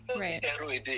right